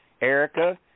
Erica